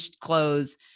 clothes